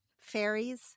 Fairies